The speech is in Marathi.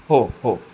हो हो